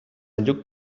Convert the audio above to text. lluc